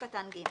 (ג)